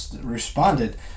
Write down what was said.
responded